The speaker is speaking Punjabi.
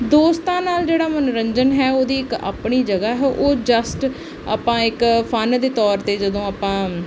ਦੋਸਤਾਂ ਨਾਲ ਜਿਹੜਾ ਮਨੋਰੰਜਨ ਹੈ ਉਹਦੀ ਇੱਕ ਆਪਣੀ ਜਗ੍ਹਾ ਹੈ ਉਹ ਜਸਟ ਆਪਾਂ ਇੱਕ ਫਨ ਦੇ ਤੌਰ 'ਤੇ ਜਦੋਂ ਆਪਾਂ